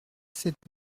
sept